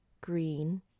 green